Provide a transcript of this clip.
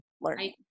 learning